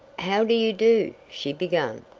how do you do? she began.